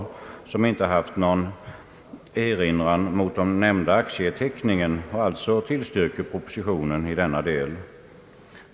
Motionärerna har inte haft någon erinran mot den nämnda aktieteckningen och tillstyrker alltså propositionen i denna del.